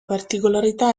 particolarità